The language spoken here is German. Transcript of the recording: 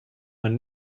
man